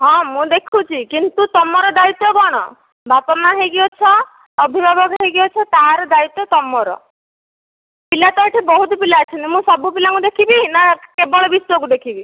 ହଁ ମୁଁ ଦେଖୁଛି କିନ୍ତୁ ତମର ଦାୟିତ୍ଵ କଣ ବାପା ମାଁ ହେଇକି ଅଛ ଅଭିଭାବକ ହେଇକି ଅଛ ତା ର ଦାୟିତ୍ଵ ତମର ପିଲା ତ ଏଠି ବହୁତ ପିଲା ଅଛନ୍ତି ମୁଁ ସବୁ ପିଲାଙ୍କୁ ଦେଖିବି ନା କେବଳ ବିଶ୍ଵକୁ ଦେଖିବି